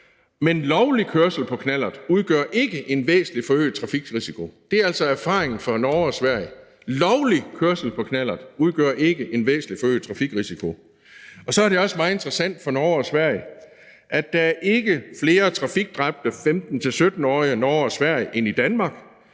men lovlig kørsel på knallert udgør ikke en væsentlig forøget trafikrisiko. Det er altså erfaringen fra Norge og Sverige. Lovlig kørsel på knallert udgør ikke en væsentlig forøget trafikrisiko. Kl. 15:18 Så er det også meget interessant med Norge og Sverige, at der ikke er flere trafikdræbte 15-17-årige i Norge og Sverige end i Danmark,